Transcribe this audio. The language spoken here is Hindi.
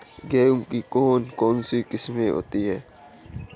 गेहूँ की कौन कौनसी किस्में होती है?